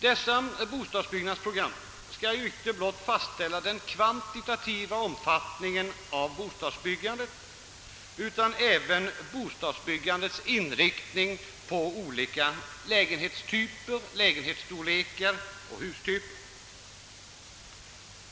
Dessa bostadsbyggnadsprogram skall ju fastställa icke blott den kvantitativa omfattningen av bostadsbyggandet utan även bostadsbyggandets inriktning på olika lägenhetsstorlekar och hustyper.